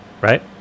Right